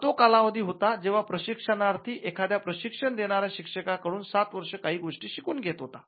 हा तो कालावधी होता जेव्हा प्रशिक्षणार्थी एखाद्या प्रशिक्षण देणाऱ्या शिक्षका कडून सात वर्ष काही गोष्टी शिकून घेत होता